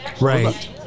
Right